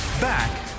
Back